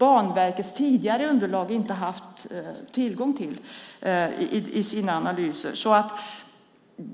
Banverkets tidigare underlag och analyser inte har haft möjlighet till.